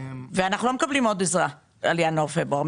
ואנחנו לא מקבלים עוד עזרה משום מקום על ינואר-פברואר.